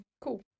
Cool